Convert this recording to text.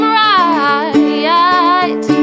right